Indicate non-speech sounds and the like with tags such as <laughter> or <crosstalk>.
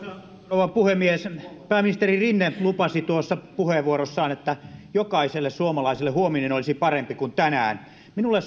rouva puhemies pääministeri rinne lupasi tuossa puheenvuorossaan että jokaiselle suomalaiselle huominen olisi parempi kuin tänään minulle <unintelligible>